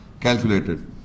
calculated